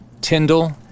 Tyndall